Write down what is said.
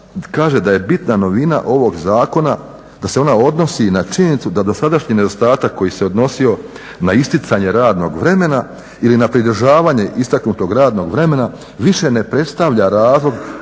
da je bitna novina ovog zakona da se ona odnosi na činjenicu da dosadašnji nedostatak koji se odnosio na isticanje radnog vremena ili na pridržavanje istaknutog radnog vremena više ne predstavlja razlog